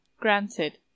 Granted